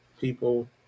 people